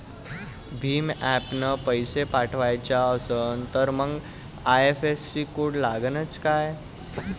भीम ॲपनं पैसे पाठवायचा असन तर मंग आय.एफ.एस.सी कोड लागनच काय?